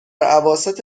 اواسط